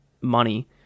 money